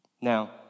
Now